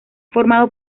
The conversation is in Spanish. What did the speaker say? formado